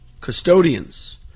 custodians